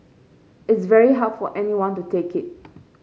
it's very hard for anyone to take it